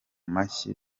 mashyi